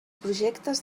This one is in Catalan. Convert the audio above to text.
projectes